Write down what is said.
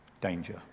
danger